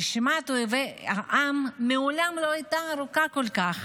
רשימת אויבי העם מעולם לא הייתה ארוכה כל כך: